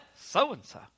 so-and-so